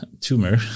tumor